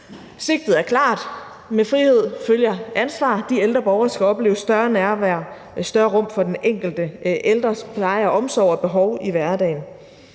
Sigtet er klart, nemlig at med frihed følger ansvar; de ældre borgere skal opleve større nærvær og et større rum for den enkelte ældres pleje og omsorg og behov i hverdagen.